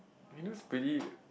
window's pretty